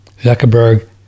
Zuckerberg